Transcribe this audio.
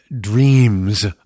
dreams